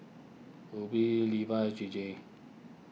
Uber Levi's J J